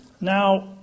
Now